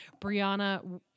Brianna